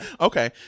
Okay